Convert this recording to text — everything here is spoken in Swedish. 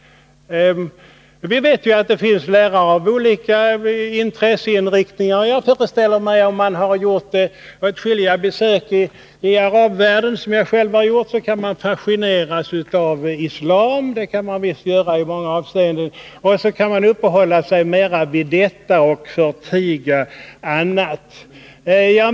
Vi vet att det finns lärare med olika intresseinriktningar. Och jag föreställer mig att en lärare, om han har gjort åtskilliga besök i arabvärlden — vilket jag själv har gjort — i många avseenden kan fascineras av islam. Han kan då uppehålla sig mera vid islam och förtiga annat.